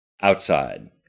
outside